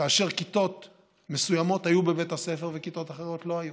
כאשר כיתות מסוימות היו בבית הספר וכיתות אחרות לא היו.